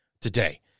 today